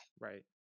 Right